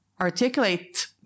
articulate